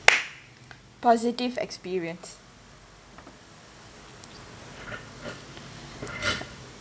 positive experience